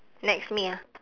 next me ah